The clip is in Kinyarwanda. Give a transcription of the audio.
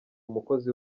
umukozi